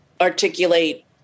articulate